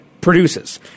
produces